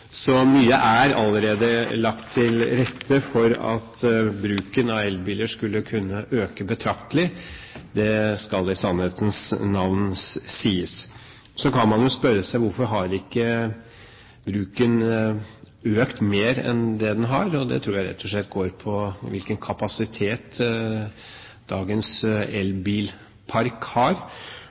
rette for at bruken av elbiler skulle kunne øke betraktelig. Det skal i sannhetens navn sies. Så kan man jo spørre seg: Hvorfor har ikke bruken økt mer enn det den har? Det tror jeg rett og slett går på hvilken kapasitet dagens elbilpark har,